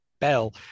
Bell